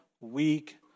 week